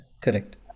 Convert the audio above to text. Correct